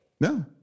No